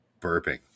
burping